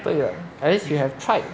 so you are at least you have tried